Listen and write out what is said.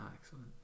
excellent